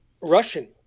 Russian